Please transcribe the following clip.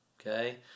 okay